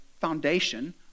foundation